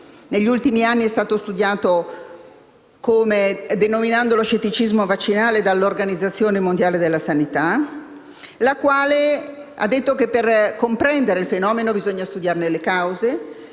Negli ultimi anni è stato studiato e denominato scetticismo vaccinale dall'Organizzazione mondiale della sanità, la quale ha affermato che per comprendere il fenomeno bisogna studiarne le cause,